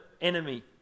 enemy